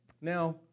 Now